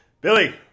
Billy